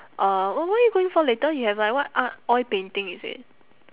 uh what what are you going for later you have like what art oil painting is it